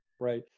Right